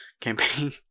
campaign